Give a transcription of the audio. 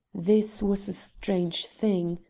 this was a strange thing.